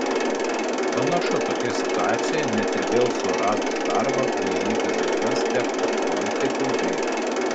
panašu tokioje situacijoje net ir vėl suradus darbą laižytis žaizdas tektų oi kaip ilgai